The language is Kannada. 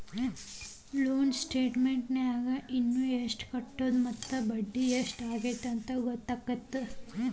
ಲೋನ್ ಸ್ಟೇಟಮೆಂಟ್ನ್ಯಾಗ ಇನ ಎಷ್ಟ್ ಕಟ್ಟೋದದ ಮತ್ತ ಬಡ್ಡಿ ಎಷ್ಟ್ ಆಗ್ಯದಂತ ಗೊತ್ತಾಗತ್ತ